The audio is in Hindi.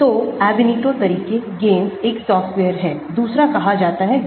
तो Ab initio तरीके GAMESS एक सॉफ्टवेयर हैदूसरा कहा जाता है Gaussian